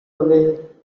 away